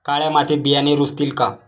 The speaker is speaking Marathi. काळ्या मातीत बियाणे रुजतील का?